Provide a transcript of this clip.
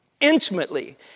intimately